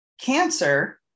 cancer